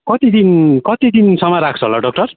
कति दिन कति दिनसम्म राख्छ होला डाक्टर